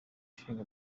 ishinga